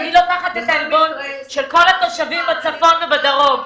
ואני לוקחת את העלבון של כל התושבים בצפון ובדרום,